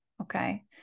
okay